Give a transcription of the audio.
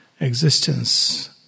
Existence